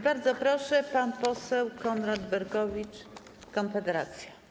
Bardzo proszę, pan poseł Konrad Berkowicz, Konfederacja.